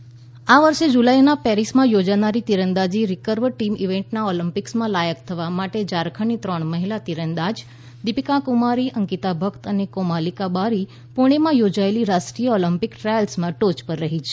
તીરંદાજી qualifier આ વર્ષે જુલાઈમાં પેરિસમાં યોજાનારી તીરંદાજી રિકર્વે ટીમ ઇવેન્ટના ઓલિમ્પિકમાં લાયક થવા માટે ઝારખંડની ત્રણ મહિલા તીરંદાજ દીપિકા કુમારી અંકિતા ભકત અને કોમાલિકા બારી પૂણેમાં યોજાયેલી રાષ્ટ્રીય ઓલિમ્પિક ટ્રાયલ્સમાં ટોચ પર રહી છે